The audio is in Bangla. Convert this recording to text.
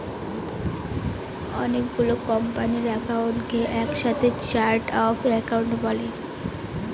অনেকগুলো কোম্পানির একাউন্টকে এক সাথে চার্ট অফ একাউন্ট বলে